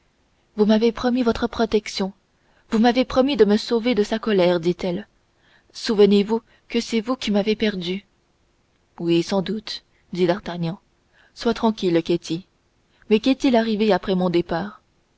vous m'avez promis votre protection vous m'avez promis de me sauver de sa colère dit-elle souvenez-vous que c'est vous qui m'avez perdue oui sans doute dit d'artagnan sois tranquille ketty mais qu'est-il arrivé après mon départ